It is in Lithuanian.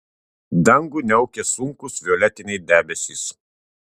dangų niaukė sunkūs violetiniai debesys